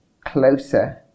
closer